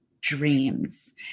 dreams